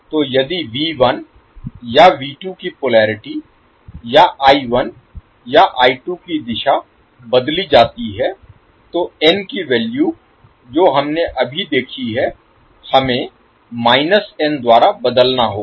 तो यदि V1 या V2 की पोलेरिटी या I1 या I2 की दिशा बदली जाती है तो n की वैल्यू जो हमने अभी देखी है हमें n द्वारा बदलना होगा